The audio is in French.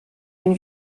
une